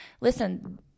listen